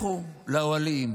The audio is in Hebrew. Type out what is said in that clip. לכו לאוהלים,